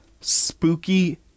spooky